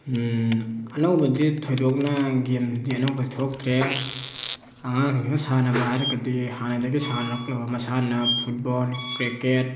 ꯑꯅꯧꯕꯗꯤ ꯊꯣꯏꯗꯣꯛꯅ ꯒꯦꯝꯗꯤ ꯑꯅꯧꯕ ꯊꯣꯛꯇ꯭ꯔꯦ ꯑꯉꯥꯡꯁꯤꯡꯁꯤꯅ ꯁꯥꯟꯅꯕ ꯍꯥꯏꯔꯒꯗꯤ ꯍꯥꯟꯅꯗꯒꯤ ꯁꯥꯟꯅꯔꯛꯂꯕ ꯃꯁꯥꯟꯅ ꯐꯨꯠꯕꯣꯜ ꯀ꯭ꯔꯤꯀꯦꯠ